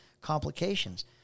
complications